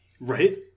Right